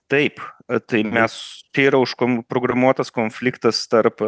taip ar tai mes tai yra užprogramuotas konfliktas tarp